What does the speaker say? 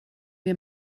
wir